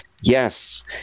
Yes